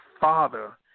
father